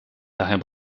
daher